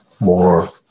more